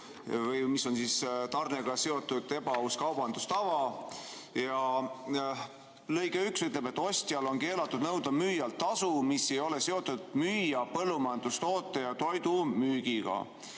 see, mis on tarnega seotud ebaaus kaubandustava. Lõige 1 ütleb, et ostjal on keelatud nõuda müüjalt tasu, mis ei ole seotud müüja põllumajandustoote ja toidu müügiga.